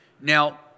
Now